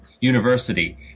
university